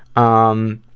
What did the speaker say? um,